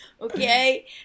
Okay